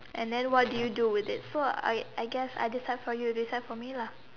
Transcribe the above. and then what do you do with it so I I guess I decide for you you decide for me lah